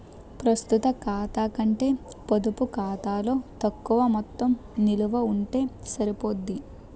ప్రస్తుత ఖాతా కంటే పొడుపు ఖాతాలో తక్కువ మొత్తం నిలవ ఉంటే సరిపోద్ది